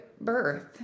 birth